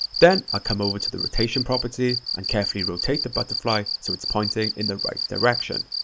then, i come over to the rotation property and carefully rotate the butterfly so it's pointing in the right direction.